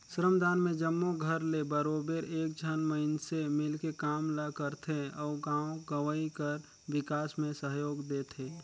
श्रमदान में जम्मो घर ले बरोबेर एक झन मइनसे मिलके काम ल करथे अउ गाँव गंवई कर बिकास में सहयोग देथे